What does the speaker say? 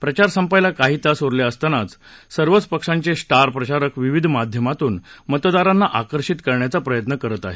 प्रचार संपायला काही तास उरले असताना सर्वच पक्षांचे स्टार प्रचारक विविध माध्यमातून मतदारांना आकर्षित करण्याचा प्रयत्न करत आहेत